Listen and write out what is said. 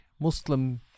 Muslim